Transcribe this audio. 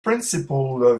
principle